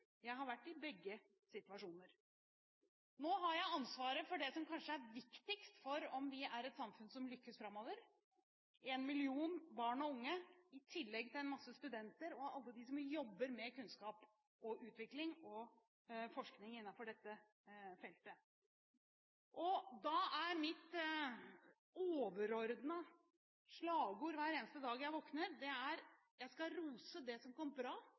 jeg har vært i begge situasjoner. Nå har jeg ansvaret for det som kanskje er viktigst for om vi er et samfunn som lykkes framover: en million barn og unge i tillegg til en masse studenter og alle dem som jobber med kunnskap og utvikling og forskning innenfor dette feltet. Da er mitt overordnede slagord hver eneste dag jeg våkner, at jeg skal rose det som går bra,